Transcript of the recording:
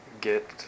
Get